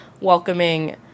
welcoming